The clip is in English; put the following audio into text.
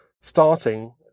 starting